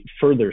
further